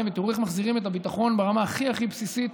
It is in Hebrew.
ותראו איך מחזירים את הביטחון ברמה הכי הכי בסיסית